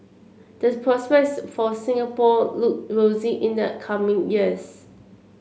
this prospects for Singapore look rosy in the coming years